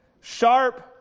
sharp